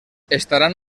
estaran